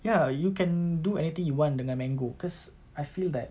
ya you can do anything you want dengan mango cause I feel that